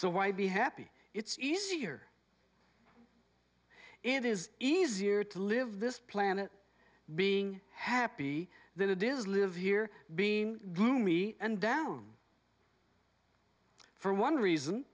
so why be happy it's easier it is easier to live this planet being happy than it is live here being gloomy and down for one reason